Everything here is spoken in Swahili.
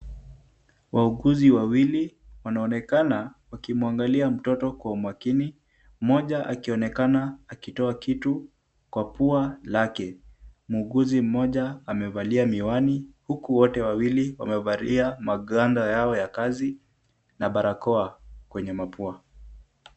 Wauguzi wawili wanaonekana wakimwangalia mtoto kwa umakini mmoja akionekana akitoa kitu kwa pua lake, muuguzi mmoja amevalia miwani huku wote wawili wamevalia magwanda yao ya kazi na barakoa kwenye mapua.